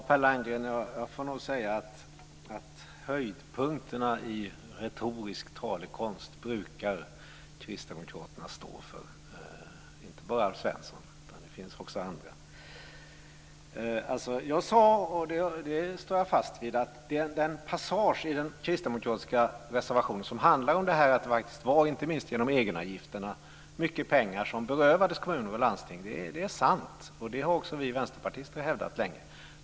Fru talman! Jag får nog säga att höjdpunkterna i retorisk talekonst brukar kristdemokraterna stå för, inte bara Alf Svensson utan också andra. Jag sade - och det står jag fast vid - att det är sant som det står i den passage i den kristdemokratiska reservationen som handlar om att det inte minst var genom egenavgifterna som mycket pengar berövades kommuner och landsting. Det har också vi vänsterpartister hävdat länge.